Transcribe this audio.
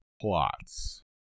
plots